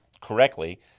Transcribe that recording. correctly